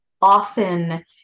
often